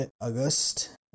August